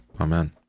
Amen